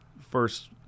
first